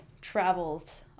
travels